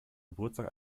geburtstag